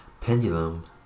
pendulum